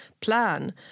plan